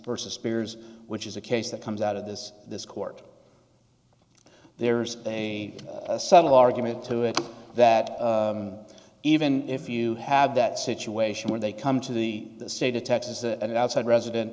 versus spears which is a case that comes out of this this court there's a subtle argument to it that even if you have that situation where they come to the state of texas and outside resident